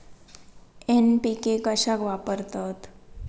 NPK कशाक वापरतत?